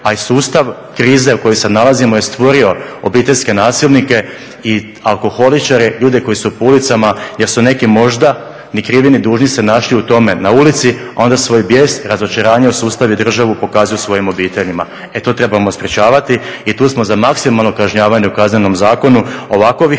A i sustav krize u kojoj se nalazimo je stvorio obiteljske nasilnike i alkoholičare, ljude koji su po ulicama jer su neki možda ni krivi ni dužni se našli u tome na ulici, a onda svoj bijes, razočaranje u sustav i državu pokazuju svojim obiteljima. E to trebamo sprječavati i tu smo za maksimalno kažnjavanje u Kaznenom zakonu ovakovih